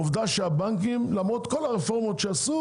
עובדה שלמרות כל הרפורמות שעשו